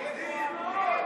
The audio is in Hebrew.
המ"מים,